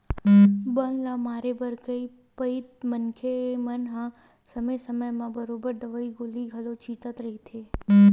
बन ल मारे बर कई पइत मनखे मन हा समे समे म बरोबर दवई गोली घलो छिंचत रहिथे